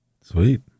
Sweet